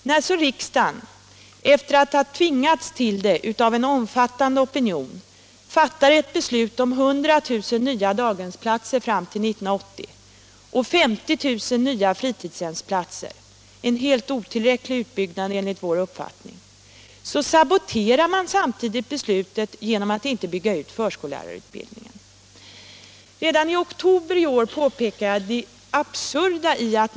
När så riksdagen, efter att ha tvingats till det av en omfattande opinion, fattar ett beslut om 100 000 nya daghemsplatser fram till 1980 och 50 000 nya fritidshemsplatser — en helt otillräcklig utbyggnad enligt vår uppfattning — så saboterar man samtidigt beslutet genom att inte bygga ut förskollärarutbildningen. Redan i oktober i fjol påpekade jag det absurda i att man fattar ett beslut som inte kan genomföras på grund av bristen på utbildad personal.